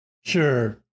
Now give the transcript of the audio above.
Sure